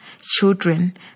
children